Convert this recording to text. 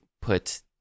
put